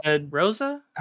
Rosa